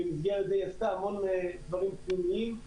המתווה יצר המון דברים חיוביים.